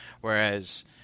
whereas